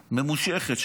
ממושכת,